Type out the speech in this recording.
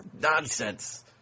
nonsense